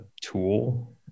tool